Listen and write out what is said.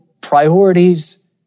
priorities